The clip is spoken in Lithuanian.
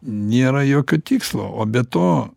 nėra jokio tikslo o be to